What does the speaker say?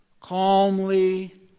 calmly